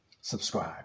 subscribe